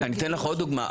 אני אתן לך עוד דוגמה.